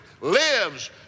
lives